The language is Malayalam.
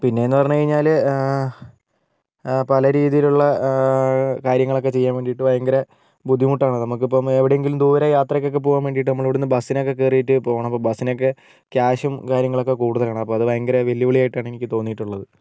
പിന്നേന്ന് പറഞ്ഞ് കഴിഞ്ഞാല് പല രീതിയിലുള്ള കാര്യങ്ങളൊക്കെ ചെയ്യാൻ വേണ്ടിയിട്ട് ഭയങ്കര ബുദ്ധിമുട്ടാണ് നമുക്കിപ്പം എവിടെ എങ്കിലും ദൂരെ യാത്രയ്ക്കൊക്കെ പോകാൻ വേണ്ടിയിട്ട് നമ്മൾ ഇവിടുന്ന് ബസിനൊക്കെ കയറിയിട്ട് പോകണം അപ്പോൾ ബസിനൊക്കെ ക്യാഷും കാര്യങ്ങളും ഒക്കെ കൂടുതലാണ് അപ്പോൾ അത് ഭയങ്കര വെല്ലുവിളിയായിട്ടാണ് എനിക്ക് തോന്നിയിട്ടുള്ളത്